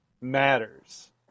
matters